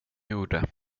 gjorde